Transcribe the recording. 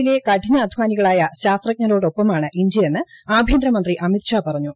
യിലെ കഠിനാധാനികളായ ശാസ്ത്രജ്ഞരോടൊപ്പമാണ് ഇന്ത്യയെന്ന് ആഭ്യന്തരമന്ത്രി അമിത് ഷാ പറഞ്ഞു